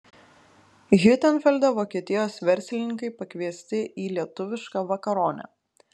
hiutenfelde vokietijos verslininkai pakviesti į lietuvišką vakaronę